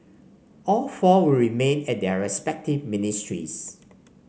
all four will remain at their respective ministries